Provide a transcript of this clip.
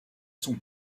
son